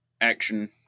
action